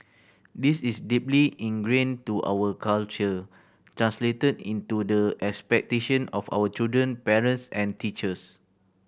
this is deeply ingrained to our culture translated into the expectation of our children parents and teachers